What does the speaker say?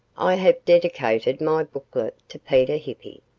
i have dedicated my booklet to peter hippi,